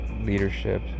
leadership